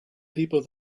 people